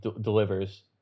delivers